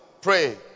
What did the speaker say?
Pray